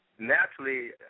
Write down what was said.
Naturally